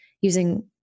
using